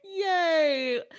Yay